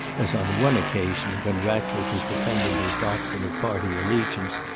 as on one occasion, when ratcliffe was defending his doctrine of party allegiance,